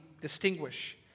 distinguish